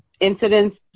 incidents